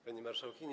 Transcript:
Pani Marszałkini!